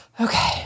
Okay